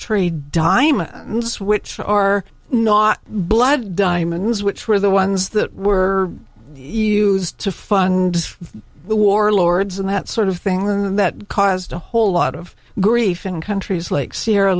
trade diamonds which are not blood diamonds which were the ones that were used to fund the warlords and that sort of thing that caused a whole lot of grief in countries like sierra